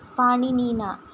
पाणिनीना